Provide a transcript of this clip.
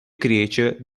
creature